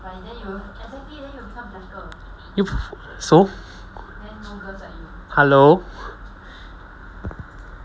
so hello